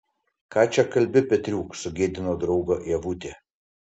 ką čia kalbi petriuk sugėdino draugą ievutė